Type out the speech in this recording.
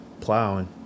Plowing